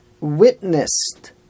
witnessed